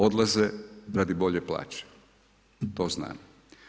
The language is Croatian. Odlaze radi bolje plaće, to znamo.